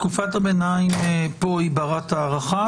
תקופת הביניים פה היא בת הארכה?